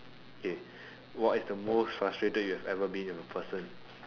okay what is the most frustrated you've ever been with a person